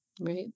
right